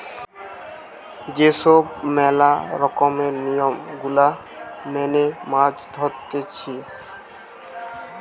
যে সব ম্যালা রকমের নিয়ম গুলা মেনে মাছ ধরতিছে